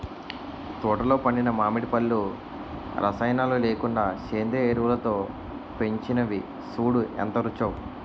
తోటలో పండిన మావిడి పళ్ళు రసాయనాలు లేకుండా సేంద్రియ ఎరువులతో పెంచినవి సూడూ ఎంత రుచో